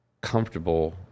comfortable